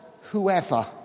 whoever